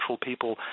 people